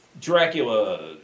Dracula